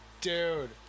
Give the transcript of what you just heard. Dude